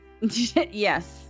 yes